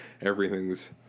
everything's